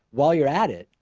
while you're at it,